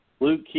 Luke